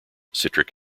citric